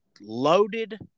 loaded